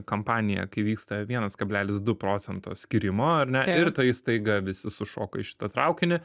kampaniją kai vyksta vienas kablelis du procento skyrimo ar ne ir tai staiga visi sušoka į šitą traukinį